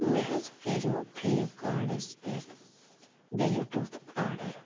مےٚ حظ کَرو فِللِپ کاڈس پٮ۪ٹھ بِلیٛوٗ ٹوٗتھ آرڈر